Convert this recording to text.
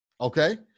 Okay